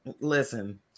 listen